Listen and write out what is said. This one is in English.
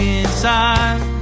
inside